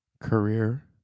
career